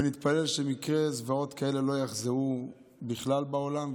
ונתפלל שמקרי זוועות כאלה לא יחזרו בכלל בעולם,